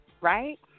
right